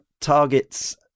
targets